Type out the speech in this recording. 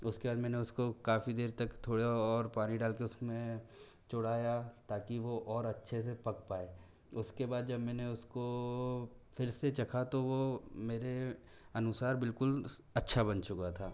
उसके बाद मैंने उसको काफ़ी देर तक थोड़ा और पानी डाल के उसमें चौड़ाया ताकि वो और अच्छे से पक पाए उसके बाद जब मैंने उसको फिर से चखा तो वो मेरे अनुसार बिल्कुल अच्छा बन चुका था